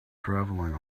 traveling